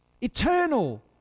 Eternal